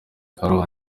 karongi